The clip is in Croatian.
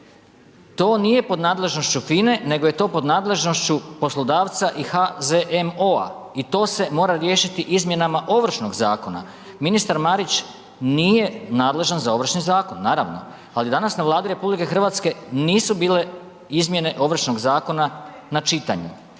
To nije pod nadležnošću FINE nego je to pod nadležnošću poslodavca i HZMO i to se mora riješiti izmjenama Ovršnog zakona. Ministar Marić nije nadležan za Ovršni zakon, naravno, ali je danas na Vladi nisu bile izmjene Ovršnog zakona na čitanju,